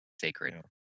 sacred